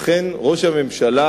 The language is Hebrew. אכן, ראש הממשלה,